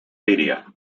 media